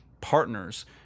Partners